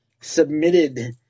submitted